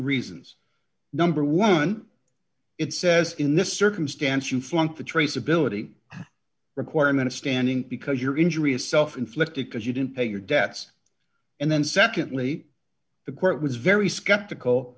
reasons number one it says in this circumstance you flunked the traceability requirement of standing because your injury is self inflicted because you didn't pay your debts and then secondly the court was very skeptical